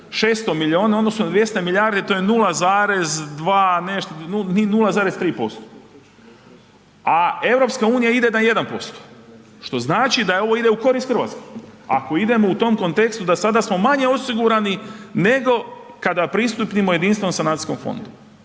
600 milijuna u odnosu na 200 milijardi, to je 0,2 nešto, ni 0,3%. A EU ide na 1%. što znači da ovo ide u korist Hrvatske ako idemo u tom kontekstu da sada smo manje osigurani nego kada pristupimo jedinstvenom sanacijskom fondu.